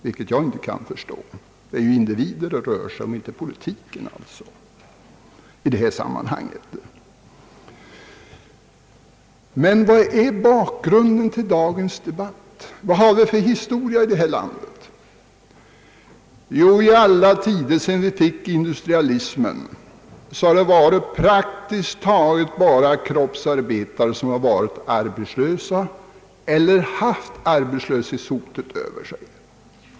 Det kan jag inte förstå; det är ju individer det rör sig om i detta sammanhang, inte om politik. Vad är bakgrunden till dagens debatt? Vilken historia har dessa frågor i vårt land? I alla tider, efter industrialismens genombrott, har det praktiskt taget bara varit kroppsarbetare som varit arbetslösa eller haft arbetslöshetshotet över sig.